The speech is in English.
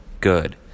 good